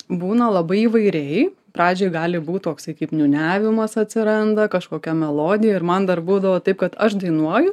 būna labai įvairiai pradžioj gali būt toksai kaip niūniavimas atsiranda kažkokia melodija ir man dar būdavo taip kad aš dainuoju